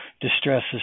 distresses